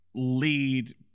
lead